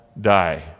die